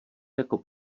jako